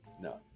No